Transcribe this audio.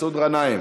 מסעוד גנאים,